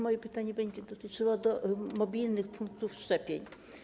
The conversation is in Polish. Moje pytanie będzie dotyczyło mobilnych punktów szczepień.